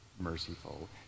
merciful